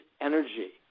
energy